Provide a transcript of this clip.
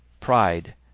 pride